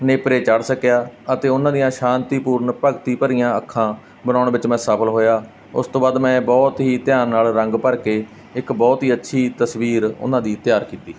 ਨੇਪਰੇ ਚਾੜ੍ਹ ਸਕਿਆ ਅਤੇ ਉਹਨਾਂ ਦੀਆਂ ਸ਼ਾਂਤੀਪੂਰਨ ਭਗਤੀ ਭਰੀਆਂ ਅੱਖਾਂ ਬਣਾਉਣ ਵਿੱਚ ਮੈਂ ਸਫਲ ਹੋਇਆ ਉਸ ਤੋਂ ਬਾਅਦ ਮੈਂ ਬਹੁਤ ਹੀ ਧਿਆਨ ਨਾਲ ਰੰਗ ਭਰ ਕੇ ਇੱਕ ਬਹੁਤ ਹੀ ਅੱਛੀ ਤਸਵੀਰ ਉਹਨਾਂ ਦੀ ਤਿਆਰ ਕੀਤੀ